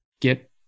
get